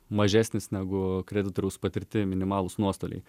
mažesnis negu kreditoriaus patirti minimalūs nuostoliai